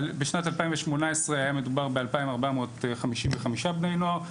בשנת 2018 היה מדובר ב-2,455 בני נוער,